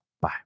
Bye